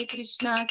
Krishna